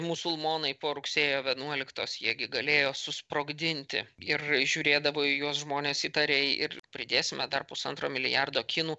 musulmonai po rugsėjo vienuoliktos jie gi galėjo susprogdinti ir žiūrėdavo į juos žmonės įtariai ir pridėsime dar pusantro milijardo kinų